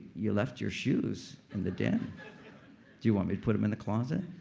you left your shoes in the den. do you want me to put them in the closet?